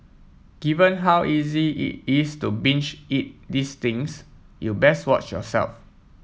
given how easy it is to binge eat these things you best watch yourself